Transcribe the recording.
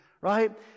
right